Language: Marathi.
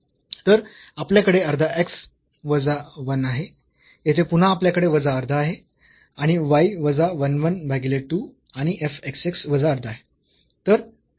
तर आपल्याकडे अर्धा x वजा 1 आहे येथे पुन्हा आपल्याकडे वजा अर्धा आहे आणि y वजा 1 1 भागीले 2 आणि f xx वजा अर्धा आहे